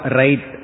right